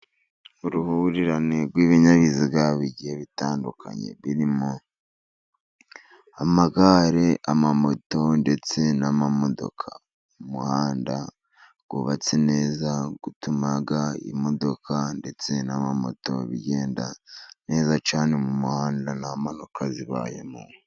Uruhurirane rw'ibinyabiziga bigiye bitandukanye, birimo amagare, amamoto, ndetse n'amamodoka, umuhanda wubatse neza, utuma imodoka ndetse n'amamoto bigenda neza cyane mu muhanda, nta mpanuka zibayemo.